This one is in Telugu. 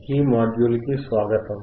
ఈ మాడ్యూల్ కి స్వాగతం